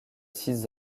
six